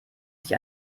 sich